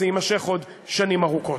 זה יימשך עוד שנים ארוכות.